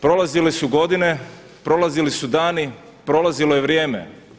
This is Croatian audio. Prolazile su godine, prolazili su dani, prolazilo je vrijeme.